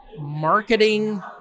marketing